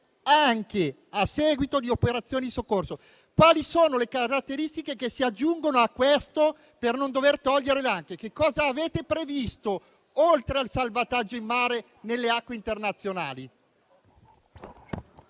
anche a seguito di operazioni di soccorso». Quali sono le caratteristiche che si aggiungono a questo, per non dover togliere il termine "anche"? Che cosa avete previsto, oltre al salvataggio in mare nelle acque internazionali?